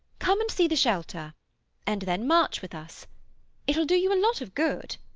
come and see the shelter and then march with us it will do you a lot of good.